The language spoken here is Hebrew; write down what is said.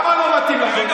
למה לא מתאים לכם?